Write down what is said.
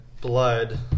blood